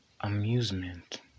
amusement